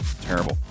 Terrible